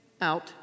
out